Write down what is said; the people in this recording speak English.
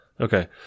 Okay